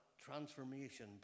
transformation